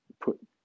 put